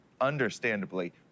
understandably